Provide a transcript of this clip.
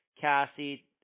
Cassie